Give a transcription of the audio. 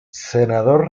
senador